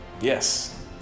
Yes